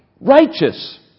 Righteous